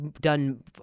done